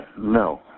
No